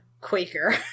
quaker